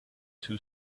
too